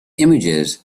images